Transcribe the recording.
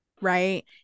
Right